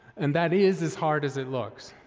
and that is as hard as it looks.